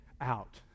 out